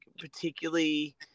particularly